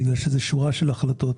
בגלל שזו שורה של החלטות.